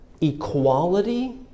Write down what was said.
Equality